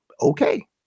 okay